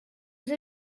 use